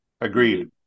Agreed